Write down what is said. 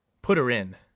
put her in.